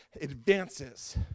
advances